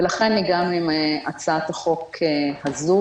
ולכן הגענו עם הצעת החוק הזו.